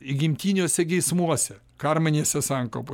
įgimtiniuose geismuose karminiuose sankab